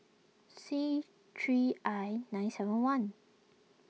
C three I nine seven one